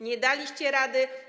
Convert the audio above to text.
Nie daliście rady.